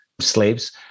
slaves